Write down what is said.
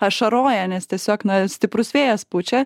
ašaroja nes tiesiog na stiprus vėjas pučia